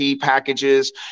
packages